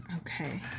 Okay